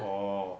orh